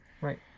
right